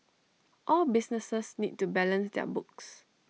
all businesses need to balance their books